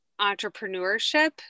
entrepreneurship